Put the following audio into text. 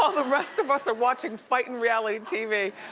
um the rest of us are watching fightin' reality tv,